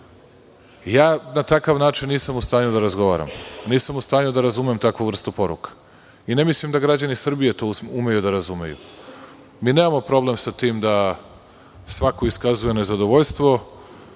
na takav način nisam u stanju da razgovaram. Nisam u stanju da razumem takvu vrstu poruka. I ne mislim da građani Srbije to umeju da razumeju. Mi nemamo problem sa tim da svako iskazuje nezadovoljstvo,